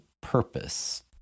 purpose